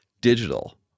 digital